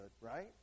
right